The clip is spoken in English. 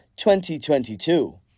2022